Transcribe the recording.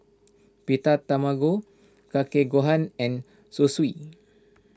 Pita Tamago Kake Gohan and Zosui